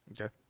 Okay